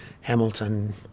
Hamilton